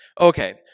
Okay